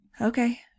Okay